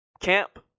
camp